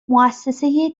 مؤسسه